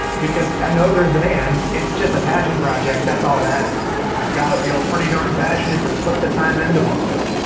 because i know there's demand. it's just a passion project, that's all that is. and i've got to feel pretty darn passionate to put the time into one of those.